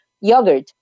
yogurt